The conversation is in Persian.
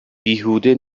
بیهوده